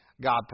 God